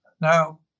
now